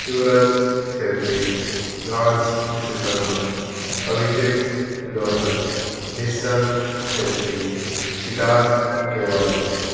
Suraj Chhetri Raj Vishwakarma Abhishek Lohar Nishchal Chhetri Siddharth Gyawali